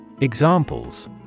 Examples